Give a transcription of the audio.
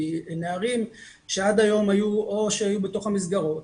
כי נערים שעד היום או שהיו בתוך המסגרות